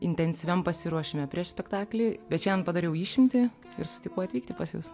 intensyviam pasiruošime prieš spektaklį bet šiandien padariau išimtį ir sutikau atvykti pas jus